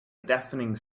deafening